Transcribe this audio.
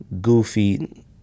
goofy